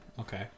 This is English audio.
Okay